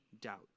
doubt